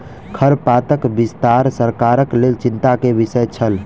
खरपातक विस्तार सरकारक लेल चिंता के विषय छल